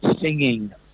singing